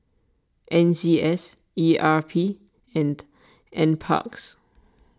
N C S E R P and NParks